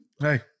Hey